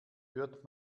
hört